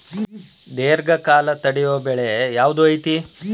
ದೇರ್ಘಕಾಲ ತಡಿಯೋ ಬೆಳೆ ಯಾವ್ದು ಐತಿ?